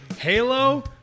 Halo